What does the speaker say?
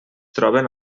troben